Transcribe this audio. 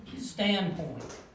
standpoint